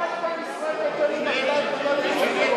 עוד פעם ישראל ביתנו מפלה את,